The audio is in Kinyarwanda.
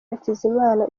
hakizimana